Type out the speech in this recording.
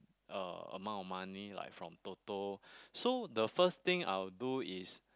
uh amount of money like from Toto so the first thing I would do is